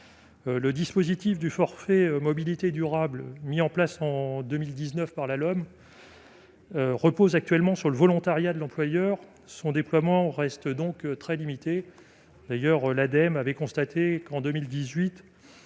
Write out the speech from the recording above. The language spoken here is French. Le dispositif du forfait mobilité durable mis en place en 2019 par là l'homme. Repose actuellement sur le volontariat de l'employeur, son déploiement reste donc très limitée, d'ailleurs, l'Ademe avait constaté en 2018